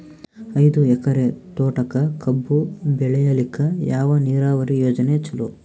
ಐದು ಎಕರೆ ತೋಟಕ ಕಬ್ಬು ಬೆಳೆಯಲಿಕ ಯಾವ ನೀರಾವರಿ ಯೋಜನೆ ಚಲೋ?